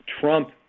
Trump